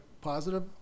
positive